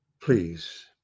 please